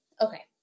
Okay